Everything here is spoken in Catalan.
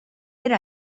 per